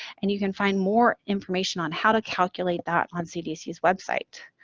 and you can find more information on how to calculate that on cdc's website.